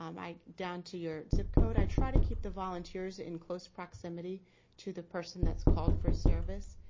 um i down to your zip code i try to keep the volunteers in close proximity to the person that's called for service.